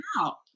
out